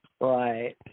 Right